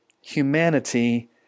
humanity